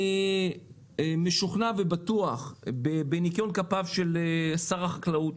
ואני משוכנע ובטוח בניקיון כפיו של שר החקלאות